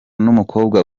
n’umukobwa